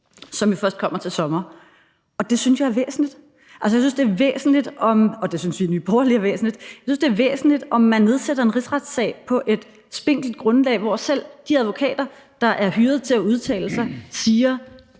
som jo først kommer til sommer. Det synes jeg er væsentligt. Jeg synes, det er væsentligt – og det synes vi i Nye Borgerlige er væsentligt – om man nedsætter en rigsretssag på et spinkelt grundlag, hvor selv de advokater, der er hyret til at udtale sig, siger,